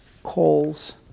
calls